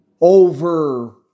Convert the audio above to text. over